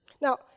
now